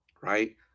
right